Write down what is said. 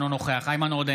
אינו נוכח איימן עודה,